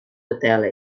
betelle